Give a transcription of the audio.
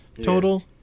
total